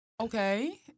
Okay